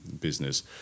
business